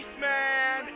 Man